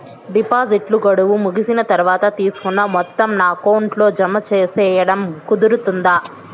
డిపాజిట్లు గడువు ముగిసిన తర్వాత, తీసుకున్న మొత్తం నా అకౌంట్ లో జామ సేయడం కుదురుతుందా?